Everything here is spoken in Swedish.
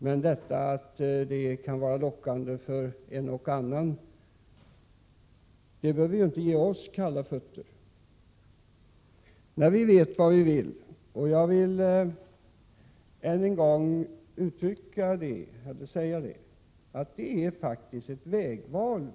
Men det faktum att det kan vara lockande för en och annan behöver ju inte ge oss kalla fötter. Jag vill än en gång framhålla att vi här faktiskt har att göra ett vägval.